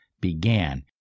began